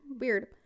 Weird